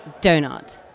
Donut